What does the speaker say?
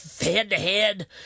head-to-head